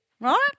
Right